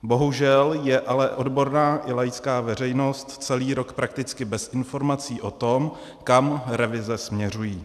Bohužel je ale odborná i laická veřejnost celý rok prakticky bez informací o tom, kam revize směřují.